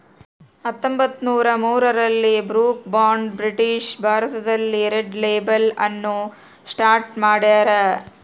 ಹತ್ತೊಂಬತ್ತುನೂರ ಮೂರರಲ್ಲಿ Brooke Bond British ಭಾರತದಲ್ಲಿ ರೆಡ್ ಲೇಬಲ್ ಅನ್ನು ಸ್ಟಾರ್ಟ್ ಮಾಡ್ಯಾರ